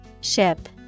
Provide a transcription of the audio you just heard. Ship